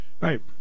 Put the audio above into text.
right